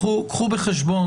תיקחו בחשבון,